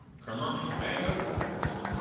commercial, and otherwise.